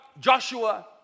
Joshua